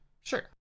Sure